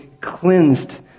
cleansed